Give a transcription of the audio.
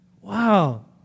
Wow